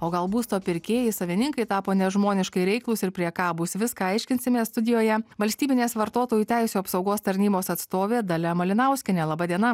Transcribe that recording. o gal būsto pirkėjai savininkai tapo nežmoniškai reiklūs ir priekabūs viską aiškinsimės studijoje valstybinės vartotojų teisių apsaugos tarnybos atstovė dalia malinauskienė laba diena